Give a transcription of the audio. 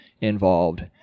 involved